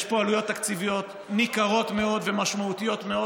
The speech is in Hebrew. יש פה עלויות תקציביות ניכרות מאוד ומשמעותיות מאוד,